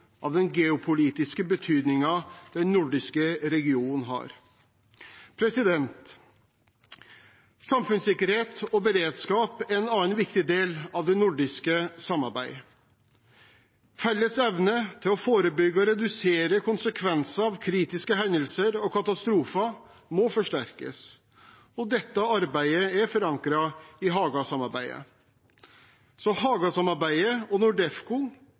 av den geopolitiske betydningen den nordiske regionen har. Samfunnssikkerhet og beredskap er en annen viktig del av det nordiske samarbeidet. Felles evne til å forebygge og redusere konsekvenser av kritiske hendelser og katastrofer må forsterkes. Dette arbeidet er forankret i Haga-samarbeidet. Haga-samarbeidet og NORDEFCO